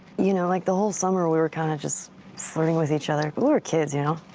you know, like the whole summer, we were kind of just flirting with each other. but we were kids, you know?